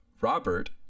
Robert